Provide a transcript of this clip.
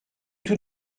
tout